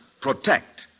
Protect